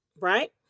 right